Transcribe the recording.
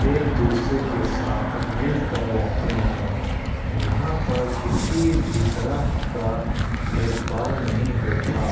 ایک دوسرے کے ساتھ مل کر رہتے ہیں یہاں پر کسی بھی طرح کا بھید بھاؤ نہیں ہوتا